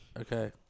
Okay